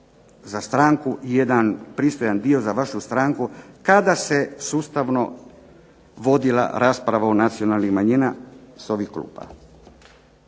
za stranku, jedan pristojan dio za vašu stranku, kada se sustavno vodila rasprava o nacionalnim manjina s ovih klupa.